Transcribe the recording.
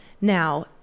Now